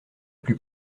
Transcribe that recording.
plus